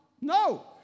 No